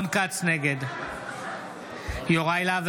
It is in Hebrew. נגד יוראי להב